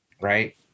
Right